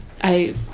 I